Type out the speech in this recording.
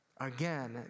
Again